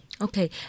Okay